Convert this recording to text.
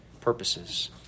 purposes